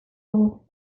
dugu